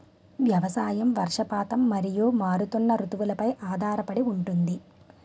వ్యవసాయం వర్షపాతం మరియు మారుతున్న రుతువులపై ఆధారపడి ఉంటుంది